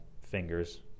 fingers